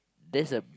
that's the